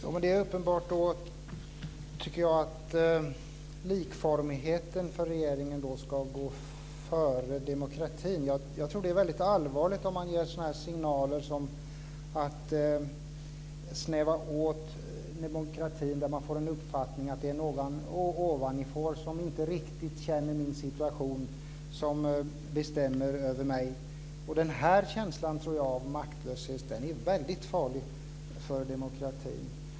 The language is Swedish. Fru talman! Men då tycker jag att det är uppenbart att för regeringen ska likformigheten ska gå före demokratin. Jag tror att det är väldigt allvarligt om man ger sådana signaler om att man ska snäva åt demokratin. Då får människor en uppfattning om att det är någon ovanifrån som inte riktigt känner till deras situation som bestämmer över dem. Den här känslan av maktlöshet tror jag är väldigt farlig för demokratin.